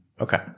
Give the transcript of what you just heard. Okay